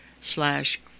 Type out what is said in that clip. slash